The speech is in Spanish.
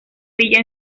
villa